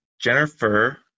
Jennifer